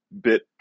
bit